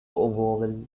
vowel